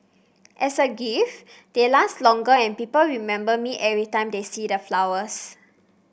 as a gift they last longer and people remember me every time they see the flowers